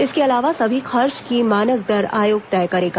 इसके अलावा सभी खर्च की मानक दर आयोग तय करेगा